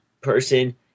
person